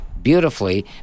beautifully